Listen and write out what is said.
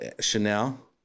Chanel